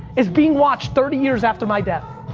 is being watched thirty years after my death.